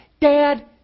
Dad